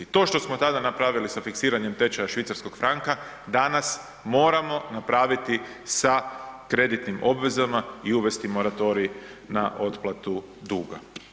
To što smo tada napravili sa fiksiranjem tečaja švicarskog franka, danas moramo napraviti sa kreditnim obvezama i uvesti moratorij na otplatu duga.